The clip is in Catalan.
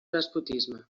despotisme